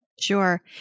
Sure